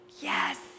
yes